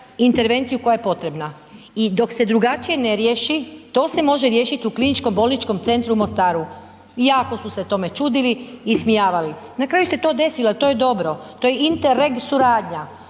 intervenciju koja je potrebna i dok se drugačije ne riješi to se može riješit u KBC u Mostaru, jako su se tome čudili i ismijavali, na kraju se to desilo, to je dobro, to je interreg suradnja,